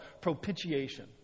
propitiation